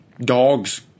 dogs